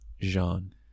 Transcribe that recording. Jean